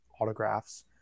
autographs